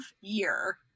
year